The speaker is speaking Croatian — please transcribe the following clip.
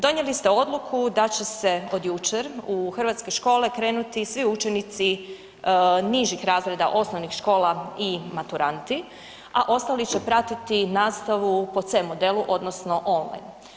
Donijeli ste odluku da će se od jučer u hrvatske škole krenuti svi učenici nižih razreda osnovnih škola i maturanti a ostali će pratiti nastavu po C modelu odnosno online.